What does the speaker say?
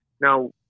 Now